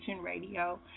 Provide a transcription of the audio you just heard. Radio